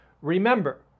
Remember